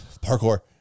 Parkour